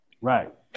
Right